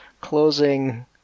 closing